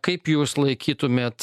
kaip jūs laikytumėt